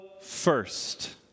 first